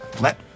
Let